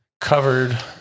covered